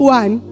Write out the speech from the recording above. one